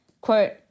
Quote